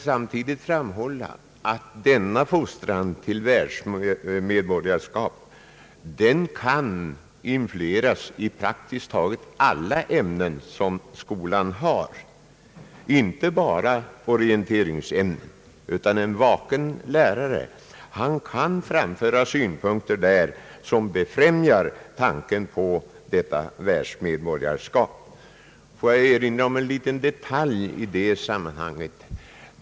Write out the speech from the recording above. Jag vill dock framhålla att denna fostran till världsmedborgarskap kan ges i praktiskt taget alla skolans ämnen, inte bara i orienteringsämnena. En vaken lärare kan framföra synpunkter som befrämjar tanken på detta världsmedborgarskap. Tillåt mig erinra om en liten detalj i detta sammanhang.